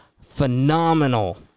phenomenal